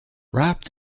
wrapped